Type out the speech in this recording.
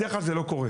בדרך כלל זה לא קורה.